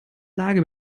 lage